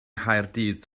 nghaerdydd